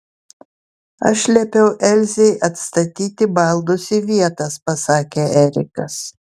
aš liepiau elzei atstatyti baldus į vietas pasakė erikas